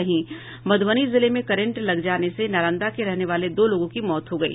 वहीं मधुबनी जिले में करंट लग जाने से नालंदा के रहने वाले दो लोगों की मौत हो गयी